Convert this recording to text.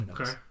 Okay